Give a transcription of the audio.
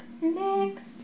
Next